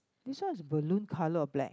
this one is blue color or black